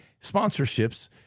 Sponsorships